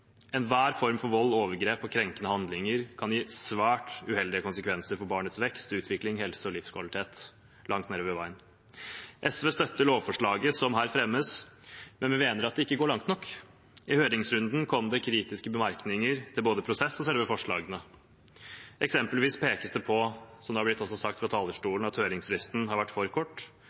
Enhver form for vold, overgrep og krenkende handlinger kan gi svært uheldige konsekvenser for barnets vekst, utvikling, helse og livskvalitet. SV støtter lovforslaget som her fremmes, men vi mener at det ikke går langt nok. I høringsrunden kom det kritiske bemerkninger til både prosessen og selve forslagene. Eksempelvis pekes det på – som det også er blitt sagt fra talerstolen – at høringsfristen har vært for kort,